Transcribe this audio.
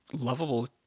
lovable